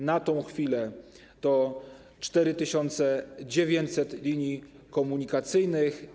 Na tę chwilę to 4900 linii komunikacyjnych.